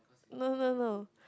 no no no